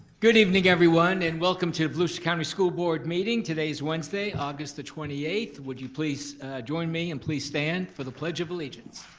good evening everyone and welcome to the volusia county school board meeting. today is wednesday, august the twenty eighth. would you please join me and please stand for the pledge of allegiance.